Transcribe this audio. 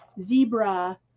zebra